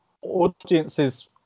audiences